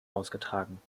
ausgetragen